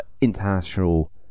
international